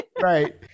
Right